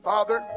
Father